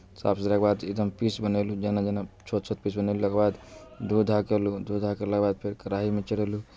साफ सुथड़ाके बाद एकदम पीस बनेलहुँ जेना जेना छोट छोट पीस बनेलाके बाद धो धा कयलहुँ धो धा कयलाके बाद फेर कढ़ाहीमे चढ़ेलहुँ